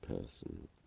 person